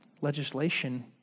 legislation